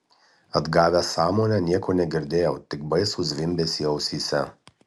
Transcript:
atgavęs sąmonę nieko negirdėjau tik baisų zvimbesį ausyse